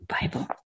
Bible